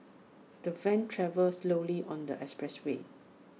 the van travelled slowly on the expressway